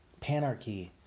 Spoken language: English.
panarchy